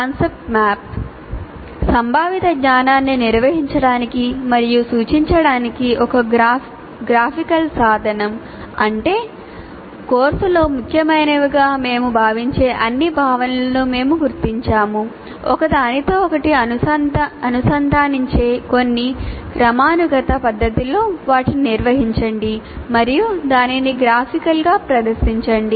concept map సంభావిత జ్ఞానాన్ని నిర్వహించడానికి మరియు సూచించడానికి ఒక గ్రాఫికల్ సాధనం అంటే కోర్సులో ముఖ్యమైనవిగా మేము భావించే అన్ని భావనలను మేము గుర్తించాము ఒకదానితో ఒకటి అనుసంధానించే కొన్ని క్రమానుగత పద్ధతిలో వాటిని నిర్వహించండి మరియు దానిని గ్రాఫికల్గా ప్రదర్శించండి